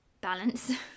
balance